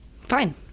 Fine